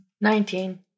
Nineteen